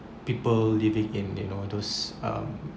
people living in you know those um